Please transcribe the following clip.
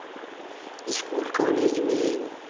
school college में